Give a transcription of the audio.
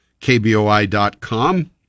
KBOI.com